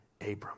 Abram